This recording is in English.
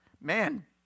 man